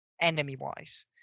enemy-wise